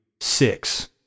six